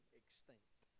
extinct